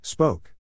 Spoke